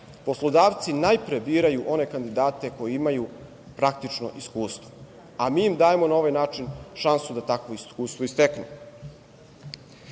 poslodavci najpre biraju one kandidate koji imaju praktično iskustvo, a mi dajemo na ovaj način šansu da takvo iskustvo i steknu. Zato